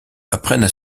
apprennent